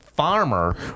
Farmer